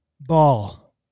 Ball